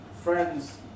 friends